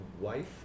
wife